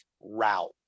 Route